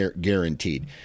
guaranteed